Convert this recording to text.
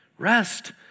Rest